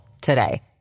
today